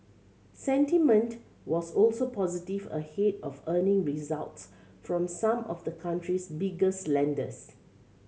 sentiment was also positive ahead of earning results from some of the country's biggest lenders